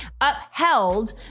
upheld